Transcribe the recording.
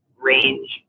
range